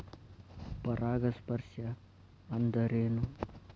ಪರಾಗಸ್ಪರ್ಶ ಅಂದರೇನು?